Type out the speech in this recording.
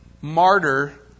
martyr